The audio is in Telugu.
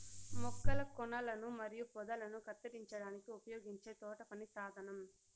మొక్కల కొనలను మరియు పొదలను కత్తిరించడానికి ఉపయోగించే తోటపని సాధనం